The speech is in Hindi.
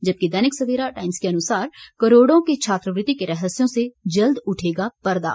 जबकि दैनिक सवेरा के अनुसार करोड़ों के छात्रवृति के रहस्यों से जल्द उठेगा पर्दा